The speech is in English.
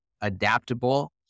adaptable